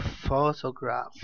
Photograph